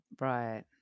Right